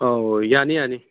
ꯑꯧ ꯌꯥꯅꯤ ꯌꯥꯅꯤ